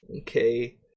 Okay